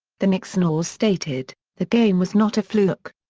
the knicks' naulls stated, the game was not a fluke.